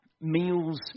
Meals